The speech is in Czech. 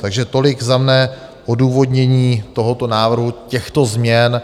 Takže tolik za mne odůvodnění tohoto návrhu těchto změn.